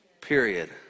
period